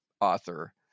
author